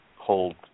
hold